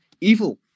evil